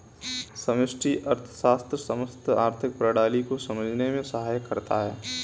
समष्टि अर्थशास्त्र समस्त आर्थिक प्रणाली को समझने में सहायता करता है